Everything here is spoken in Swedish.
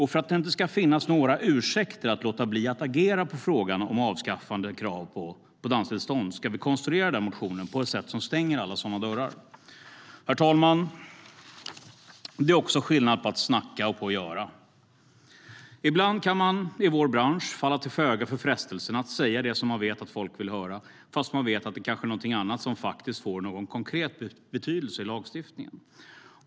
För att det inte ska finnas några ursäkter för att låta bli att agera i frågan om avskaffande av krav på danstillstånd ska vi konstruera den motionen på ett sätt som stänger alla sådana dörrar. Herr talman! Det är också skillnad på att snacka och på att göra. Ibland kan man i vår bransch falla till föga för frestelsen att säga det som man vet att folk vill höra fast man vet att det kanske är någonting annat som faktiskt får någon konkret betydelse i lagstiftningen.